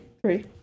Three